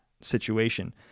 situation